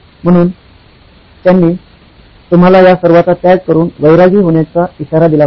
म्हणून त्यांनी तुम्हाला या सर्वाचा त्याग करून वैरागी होण्याची इशारा दिला होता